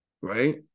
right